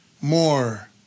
more